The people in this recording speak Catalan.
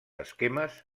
esquemes